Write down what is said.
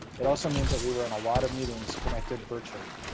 it also means that we were in a lot of meetings connected virtually.